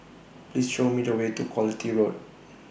Please Show Me The Way to Quality Road